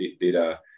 data